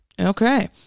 Okay